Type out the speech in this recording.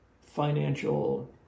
financial